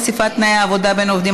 חשיפת תנאי העבודה בין עובדים),